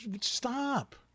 stop